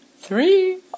Three